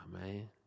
man